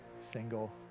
single